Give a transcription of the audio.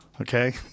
Okay